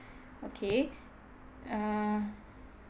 okay err